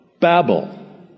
Babel